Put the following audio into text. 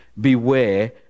beware